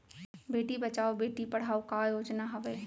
बेटी बचाओ बेटी पढ़ाओ का योजना हवे?